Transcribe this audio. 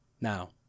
Now